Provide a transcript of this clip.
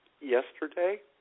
Yesterday